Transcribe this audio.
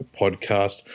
podcast